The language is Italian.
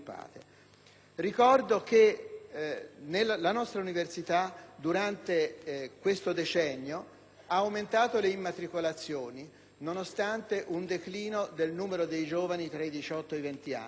Ricordo che la nostra università nell'ultimo decennio ha aumentato le immatricolazioni nonostante un declino del numero dei giovani tra i 18 ei 20 anni.